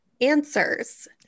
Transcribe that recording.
answers